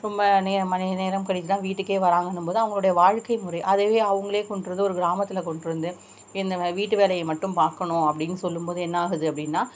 ரொம்ப நேரம் மணி நேரம் கழித்துதான் வீட்டுக்கே வராங்கன்னும் போது அவங்களுடைய வாழ்க்கை முறை அதையும் அவங்களே கொண்டு வந்து ஒரு கிராமத்தில் கொண்டு வந்து இந்த மாதிரி வீட்டு வேலையை மட்டும் பார்க்கணும் அப்படின்னு சொல்லும் போது என்னாகுது அப்படின்னா